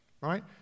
Right